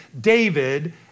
David